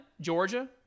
Georgia